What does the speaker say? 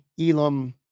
Elam